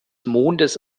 mondes